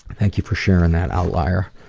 thank you for sharing that outlier.